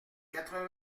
quatre